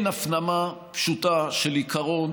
אין הפנמה פשוטה של העיקרון